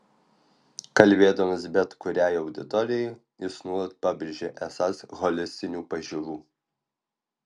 kalbėdamas bet kuriai auditorijai jis nuolat pabrėžia esąs holistinių pažiūrų